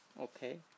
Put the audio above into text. okay